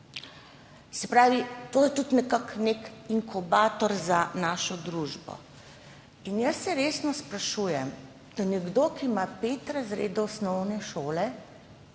Se pravi, to je tudi nekako inkubator za našo družbo. Jaz se resno sprašujem, ali je nekdo, ki ima pet razredov osnovne šole,